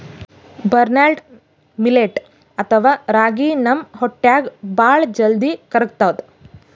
barnyard millet ಅಥವಾ ರಾಗಿ ನಮ್ ಹೊಟ್ಟ್ಯಾಗ್ ಭಾಳ್ ಜಲ್ದಿ ಕರ್ಗತದ್